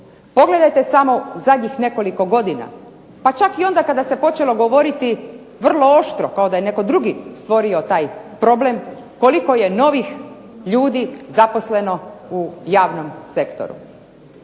Pogledajte samo u zadnjih nekoliko godina, pa čak i onda kada se počelo govoriti vrlo oštro kao da je netko drugi stvorio taj problem, koliko je novih ljudi zaposleni u javnom sektori.